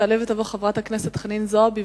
תעלה ותבוא חברת הכנסת חנין זועבי.